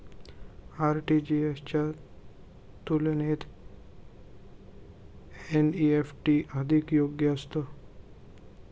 RTGS च्या तुलनेत NEFT अधिक योग्य असतं